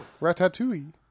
Ratatouille